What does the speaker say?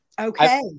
Okay